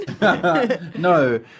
No